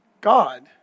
God